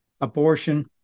abortion